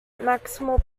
maximal